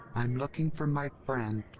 i'm looking for my friend.